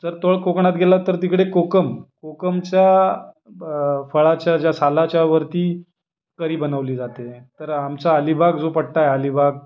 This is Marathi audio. जर तळकोकणात गेलात तर तिकडे कोकम कोकमच्या फळाच्या ज्या सालाच्या वरती करी बनवली जाते तर आमचा अलिबाग जो पट्टा आहे अलिबाग